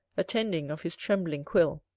attending of his trembling quill.